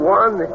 one